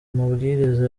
mabwiriza